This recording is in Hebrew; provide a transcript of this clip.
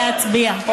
להצביע.